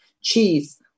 cheese